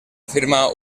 firma